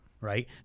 right